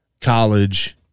college